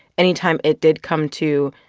anytime it did come to,